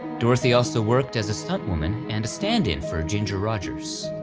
dorothy also worked as a stunt woman and a stand-in for ginger rogers.